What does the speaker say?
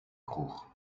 kroeg